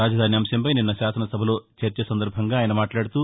రాజధాని అంశంపై నిన్న శాసనసభలో చర్చ సందర్బంగా ఆయన మాట్లాడుతూ